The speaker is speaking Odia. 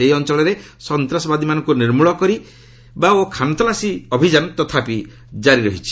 ସେହି ଅଞ୍ଚଳରେ ସନ୍ତାସବାଦୀମାନଙ୍କୁ ନିର୍ମୂଳ କରି ଓ ଖାନତଲାସୀ ଅଭିଯାନ ତଥାପି କାରି ରହିଛି